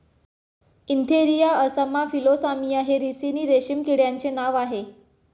Antheraea assama Philosamia हे ricini रेशीमच्या किड्यांचे नाव आह